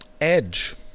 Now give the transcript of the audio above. edge